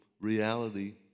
reality